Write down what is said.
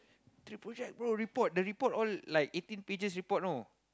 three project bro report the report all like eighteen pages report know